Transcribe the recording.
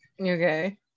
Okay